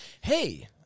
Hey